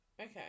Okay